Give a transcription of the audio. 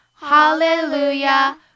Hallelujah